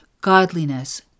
godliness